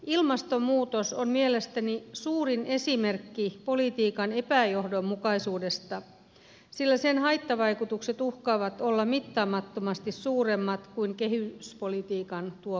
ilmastonmuutos on mielestäni suurin esimerkki politiikan epäjohdonmukaisuudesta sillä sen haittavaikutukset uhkaavat olla mittaamattomasti suuremmat kuin kehityspolitiikan tuoma hyöty